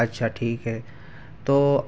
اچھا ٹھیک ہے تو